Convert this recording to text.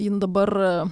jin dabar